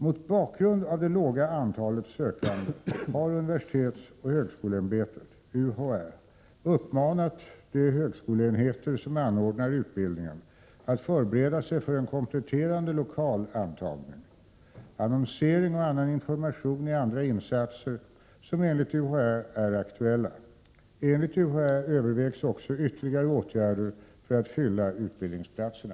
Mot bakgrund av det låga antalet sökande har universitetsoch högskoleämbetet uppmanat de högskoleenheter som anordnar utbildningen att förbereda sig för en kompletterande lokal antagning. Annonsering och annan information är andra insatser som enligt UHÄ är aktuella. Enligt UHÄ övervägs också ytterligare åtgärder för att fylla utbildningsplatserna.